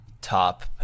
top